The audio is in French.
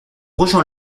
rejoint